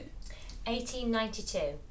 1892